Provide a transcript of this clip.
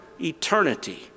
eternity